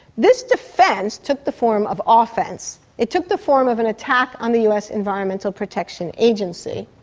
this defence took the form of offence. it took the form of an attack on the us environmental protection agency.